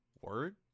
Word